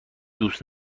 دوست